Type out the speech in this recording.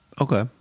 okay